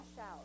out